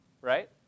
Right